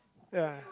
ya